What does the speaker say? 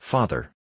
Father